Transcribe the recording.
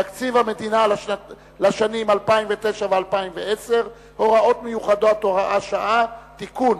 תקציב המדינה לשנים 2009 ו-2010 (הוראות מיוחדות) (הוראת שעה) (תיקון).